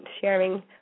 sharing